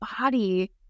body